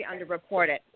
underreported